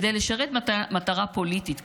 כדי לשרת מטרה פוליטית,